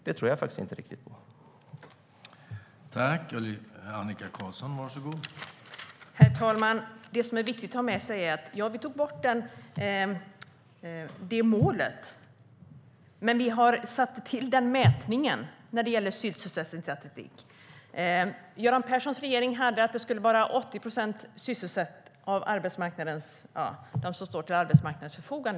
Det tror jag inte riktigt på.